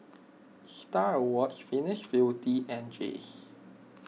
Star Awards Venus Beauty and Jays